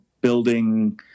building